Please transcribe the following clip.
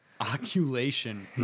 Oculation